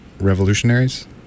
revolutionaries